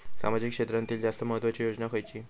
सामाजिक क्षेत्रांतील जास्त महत्त्वाची योजना खयची?